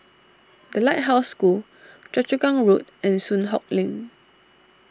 the Lighthouse School Choa Chu Kang Road and Soon Hock Lane